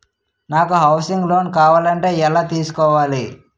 నాకు housing loan కావాలంటే ఎలా తీసుకోవాలి?